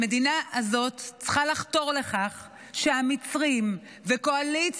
המדינה הזאת צריכה לחתור לכך שהמצרים וקואליציה